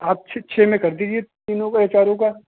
आप छः में कर दीजिए तीनों का यह चारों का